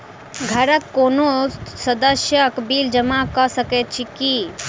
घरक कोनो सदस्यक बिल जमा कऽ सकैत छी की?